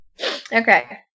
Okay